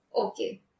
Okay